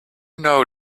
know